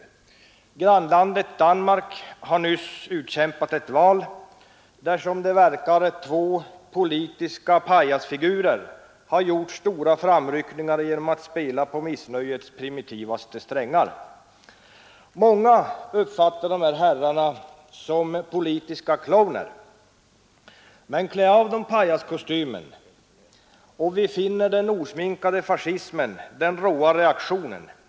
Vårt grannland Danmark har nyss utkämpat ett val, där två politiska pajasfigurer gjorde stora framryckningar genom att spela på missnöjets primitivaste strängar. Många uppfattade de där båda herrarna som politiska clowner. Men klä av dem pajaskostymerna och vi finner den osminkade fascismen, den råa reaktionen.